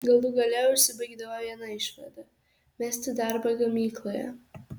galų gale užsibaigdavo viena išvada mesti darbą gamykloje